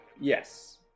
Yes